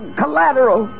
collateral